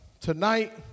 tonight